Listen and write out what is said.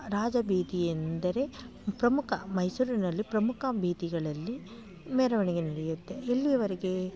ರಾಜ ಬೀದಿಯೆಂದರೆ ಪ್ರಮುಖ ಮೈಸೂರಿನಲ್ಲಿ ಪ್ರಮುಖ ಬೀದಿಗಳಲ್ಲಿ ಮೆರವಣಿಗೆ ನಡೆಯುತ್ತೆ ಎಲ್ಲಿಯವರೆಗೆ